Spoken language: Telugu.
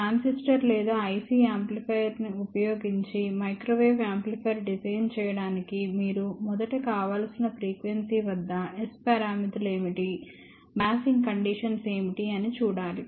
ట్రాన్సిస్టర్ లేదా IC యాంప్లిఫైయర్ ఉపయోగించి మైక్రోవేవ్ యాంప్లిఫైయర్ డిజైన్ చేయడానికి మీరు మొదట కావలసిన ఫ్రీక్వెన్సీ వద్ద S పారామితులు ఏమిటి బయాసింగ్ కండీషన్స్ ఏమిటి అని చూడాలి